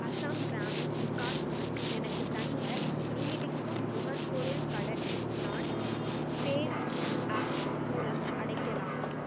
Assam Gramin Vikash bank எனக்குத் தந்த நீடிக்கும் நுகர்பொருள் கடனை நான் பேஸாப் மூலம் அடைக்கலாமா